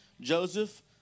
Joseph